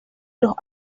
los